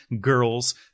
girls